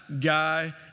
guy